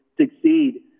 succeed